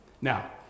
Now